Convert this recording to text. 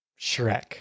Shrek